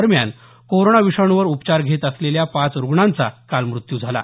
दरम्यान कोरोना विषाणूवर उपचार घेत असलेल्या पाच रुग्णांचा काल मृत्यू झाला